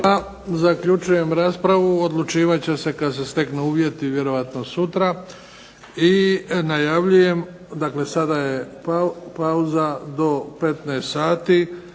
Zaključujem raspravu. Odlučivat će se kada se steknu uvjeti. Vjerojatno sutra. I najavljujem dakle sada je pauza do 15,00 sati,